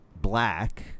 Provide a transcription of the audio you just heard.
black